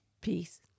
Peace